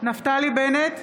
נפתלי בנט,